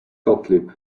gottlieb